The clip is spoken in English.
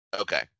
Okay